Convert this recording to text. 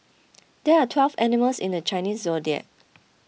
there are twelve animals in the Chinese zodiac